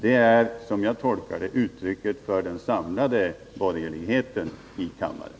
Det är, som jag tolkar det, ett uttryck för uppfattningen hos den samlade borgerligheten i kammaren.